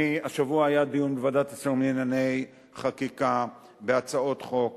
השבוע היה דיון בוועדת השרים לענייני חקיקה בהצעות חוק.